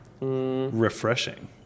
Refreshing